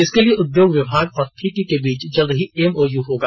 इसके लिए उद्योग विभाग और फिक्की के बीच जल्द ही एमओयू होगा